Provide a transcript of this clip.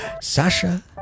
Sasha